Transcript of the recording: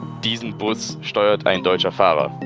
diesen bus steuert ein deutscher fahrer